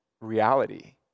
reality